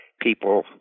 people